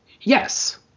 yes